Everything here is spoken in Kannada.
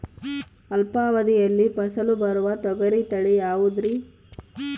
ಅಲ್ಪಾವಧಿಯಲ್ಲಿ ಫಸಲು ಬರುವ ತೊಗರಿ ತಳಿ ಯಾವುದುರಿ?